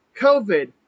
COVID